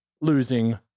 losing